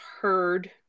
heard